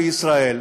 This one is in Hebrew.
בישראל,